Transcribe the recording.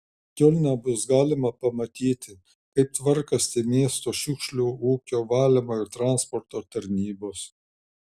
kiolne bus galima pamatyti kaip tvarkosi miesto šiukšlių ūkio valymo ir transporto tarnybos